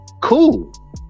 Cool